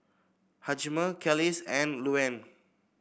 Hjalmer Kelis and Luanne